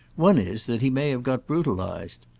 one is that he may have got brutalised.